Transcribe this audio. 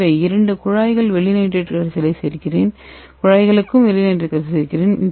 எனவே இரண்டு குழாய்களுக்கும் வெள்ளி நைட்ரேட் கரைசலைச் சேர்க்கிறேன்